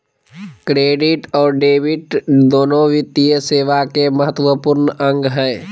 credit और debit दोनो वित्तीय सेवा के महत्त्वपूर्ण अंग हय